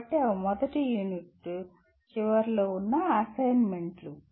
కాబట్టి అవి మొదటి యూనిట్ చివరిలో ఉన్న అసైన్మెంట్లు